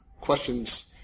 questions